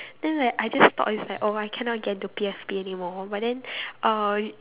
then like I just thought it's like oh I cannot get into P_F_P anymore but then uh